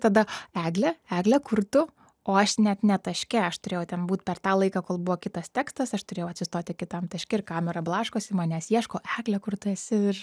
tada egle egle kur tu o aš net ne taške aš turėjau ten būt per tą laiką kol buvo kitas tekstas aš turėjau atsistoti kitam taške ir kamera blaškosi manęs ieško egle kur tu esi aš